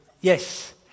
Yes